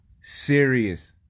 Serious